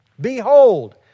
Behold